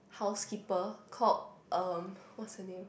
housekeeper called um what's her name